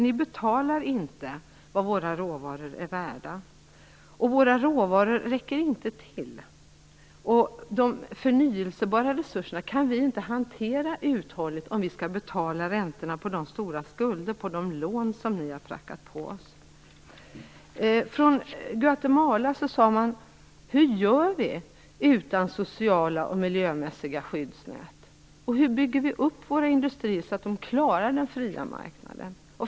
Ni betalar inte vad våra råvaror är värda, och våra råvaror räcker inte till. Vi kan inte hantera de förnybara resurserna uthålligt, om vi skall betala räntorna på de stora skulder som vi har på grund av de lån ni har prackat på oss. Från Guatemala sade man: Hur gör vi utan sociala och miljömässiga skyddsnät, och hur bygger vi upp vår industri så att den klarar den fria marknaden?